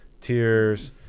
Tears